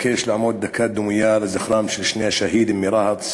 אבקש לעמוד דקת דומייה לזכרם של שני השהידים מרהט,